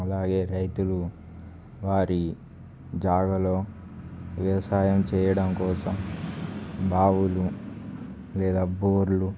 అలాగే రైతులు వారి జాగలో వ్యవసాయం చేయడం కోసం బావులు లేదా బోర్లు